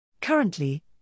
Currently